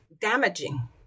damaging